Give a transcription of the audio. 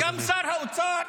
עבר הזמן.